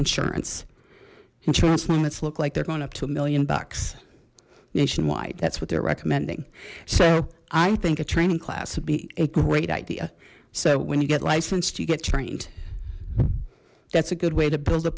insurance insurance limits look like they're going up to a million bucks nationwide that's what they're recommending so i think a training class would be a great idea so when you get licensed you get trained that's a good way to build a